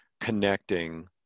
connecting